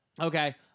Okay